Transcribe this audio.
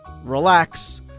relax